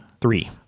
Three